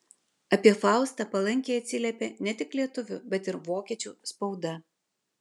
apie faustą palankiai atsiliepė ne tik lietuvių bet ir vokiečių spauda